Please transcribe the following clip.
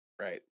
Right